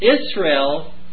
Israel